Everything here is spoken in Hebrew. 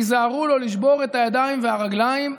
תיזהרו לא לשבור את הידיים והרגליים,